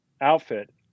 outfit